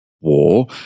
war